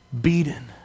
beaten